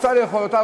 רוצה לאכול אותו,